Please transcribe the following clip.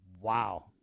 wow